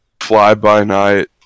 fly-by-night